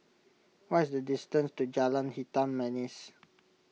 what is the distance to Jalan Hitam Manis